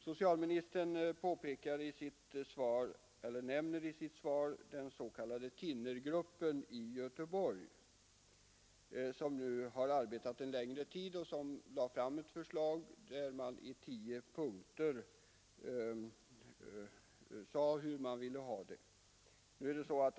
Socialministern nämner i sitt svar den s.k. thinnergruppen i Göteborg, som nu har arbetat en längre tid och som lade fram ett förslag där man i tio punkter redogjorde för hur man ville ha det.